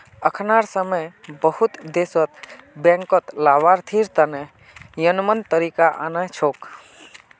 अखनार समय बहुत देशत बैंकत लाभार्थी तने यममन तरीका आना छोक